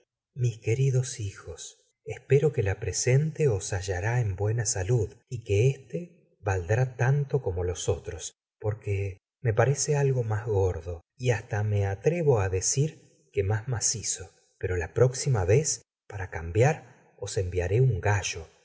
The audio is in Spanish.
mis queridos hijos espero que la presente os hallará en buena salud y que éste valdrá tanto como los otros porque me parece algo más gordo y hasta me atrevo á decir que más macizo pero la próxima vez para cambiar os enviaré un gallo